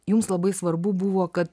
jums labai svarbu buvo kad